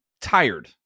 tired